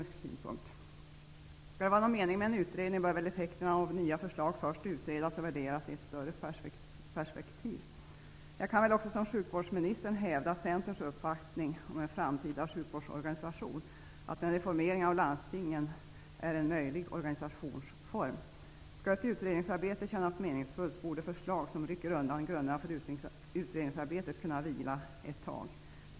Skall det vara någon mening med en utredning bör effekterna av nya förslag först utredas och värderas i ett större perspektiv. Jag kan väl också, som sjukvårdsministern gjorde, hävda Centerns uppfattning om en framtida sjukvårdsorganisation, att en reformering av landstingen är en möjlig organisationsform. Skall ett utredningsarbete kännas meningsfullt, borde förslag som rycker undan grunderna för utredningsarbetet kunna vila ett tag.